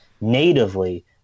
natively